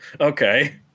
okay